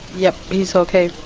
yep, he's okay.